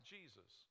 Jesus